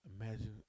imagine